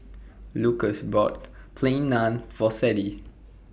Lucas bought Plain Naan For Sadye